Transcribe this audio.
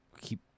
keep